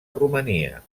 romania